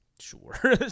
Sure